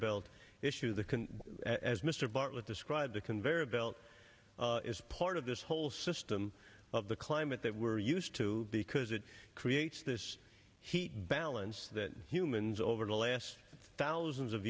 belt issue the can as mr bartlett described the conveyor belt is part of this whole system of the climate that we're used to because it creates this heat balance that humans over the last thousands of